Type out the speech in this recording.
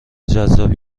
جذاب